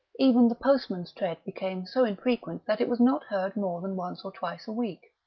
even the postman's tread became so infrequent that it was not heard more than once or twice a week.